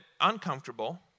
uncomfortable